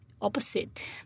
opposite